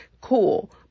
cool